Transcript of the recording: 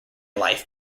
life